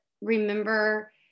remember